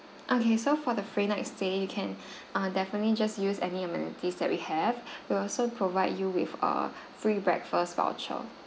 okay so for the free next stay you can err definitely just use any amenities that we have we'll also provide you with a free breakfast voucher